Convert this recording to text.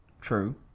True